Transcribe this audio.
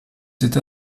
cette